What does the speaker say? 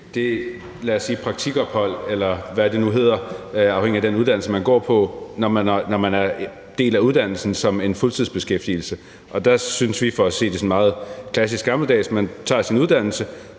det praktikophold – eller hvad det nu hedder, afhængig af den uddannelse, man går på – når man er på uddannelsen, som en fuldtidsbeskæftigelse. For at sige det sådan meget klassisk gammeldags, tager man sin uddannelse,